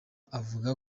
avuga